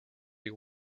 you